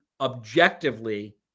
objectively